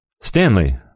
Stanley